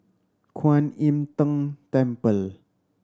Kuan Im Tng Temple